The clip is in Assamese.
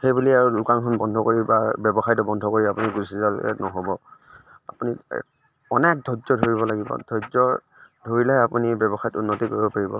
সেই বুলি আৰু দোকানখন বন্ধ কৰি বা ব্য়ৱসায়টো বন্ধ কৰি আপুনি গুচি যালে নহ'ব আপুনি অনেক ধৈৰ্য ধৰিব লাগিব ধৈৰ্যৰ ধৰিলেহে আপুনি ব্য়ৱসায়ত উন্নতি কৰিব পাৰিব